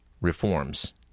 reforms